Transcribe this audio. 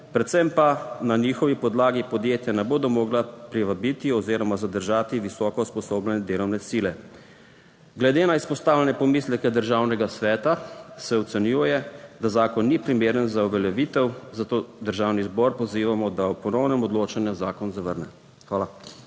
predvsem pa na njihovi podlagi podjetja ne bodo mogla privabiti oziroma zadržati visoko usposobljene delovne sile. Glede na izpostavljene pomisleke Državnega sveta se ocenjuje, da zakon ni primeren za uveljavitev, zato Državni zbor pozivamo, da ob ponovnem odločanju zakon zavrne. Hvala.